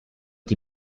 die